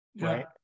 right